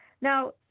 now